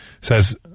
says